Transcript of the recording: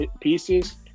pieces